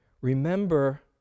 remember